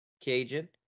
Cajun